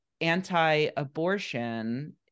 anti-abortion